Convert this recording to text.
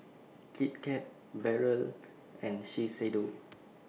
Kit Kat Barrel and Shiseido